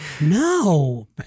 No